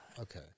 Okay